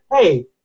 hey